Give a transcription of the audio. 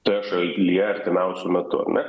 toje šalyje artimiausiu metu na